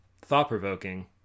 thought-provoking